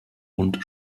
und